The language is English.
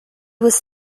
was